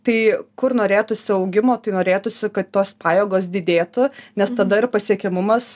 tai kur norėtųsi augimo tai norėtųsi kad tos pajėgos didėtų nes tada ir pasiekiamumas